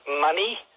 money